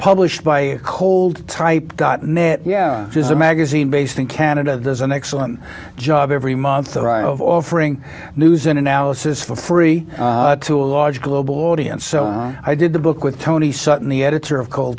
published by cold type got net yeah there's a magazine based in canada there's an excellent job every month or i of offering news and analysis for free to a large global audience so i did the book with tony sutton the editor of cold